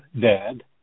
dad